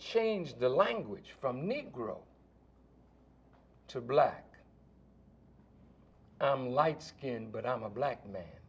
changed the language from negro to black on light skinned but i'm a black man